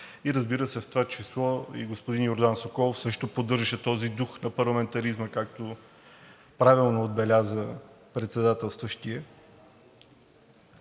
Разбира се, в това число и господин Йордан Соколов също поддържаше този дух на парламентаризма, както правилно отбеляза председателстващият,